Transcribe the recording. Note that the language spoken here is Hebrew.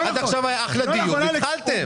עד עכשיו היה אחלה דיון, התחלתם.